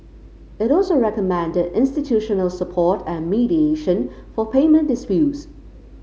it also recommended institutional support and mediation for payment disputes